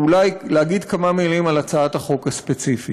זה אולי להגיד כמה מילים על הצעת החוק הספציפית,